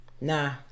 Nah